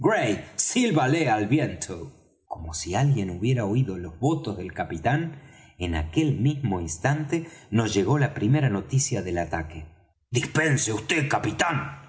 sílbale al viento como si alguien hubiera oído los votos del capitán en aquel mismo instante nos llegó la primera noticia del ataque dispense vd capitán